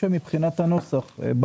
אתה יכול להציע מבחינת הנוסח?